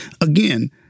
Again